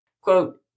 quote